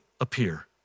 appear